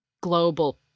global